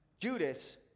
Judas